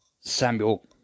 Samuel